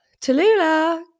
Tallulah